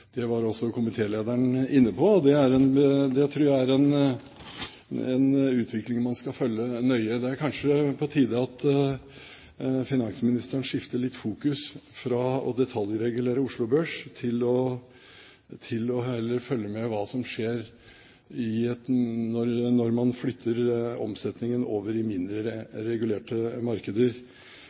Det var også komitélederen inne på. Det tror jeg er en utvikling man skal følge nøye. Det er kanskje på tide at finansministeren skifter litt fokus, fra å detaljregulere Oslo Børs til heller å følge med på hva som skjer når man flytter omsetningen over i mindre regulerte markeder.